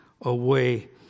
away